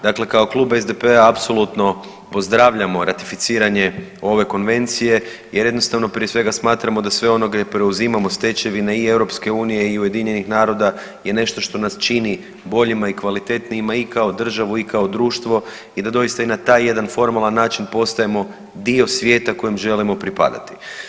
Dakle, kao Klub SDP-a apsolutno pozdravljamo ratificiranje ove Konvencije, jer jednostavno prije svega smatramo da sve ono gdje preuzimamo stečevine i Europske unije i Ujedinjenih Naroda je nešto što nas čini boljima i kvalitetnijima i kao državu i kao društvo, i da doista i na taj jedan formalan način postajemo dio svijeta kojem želimo pripadati.